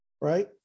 Right